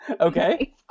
Okay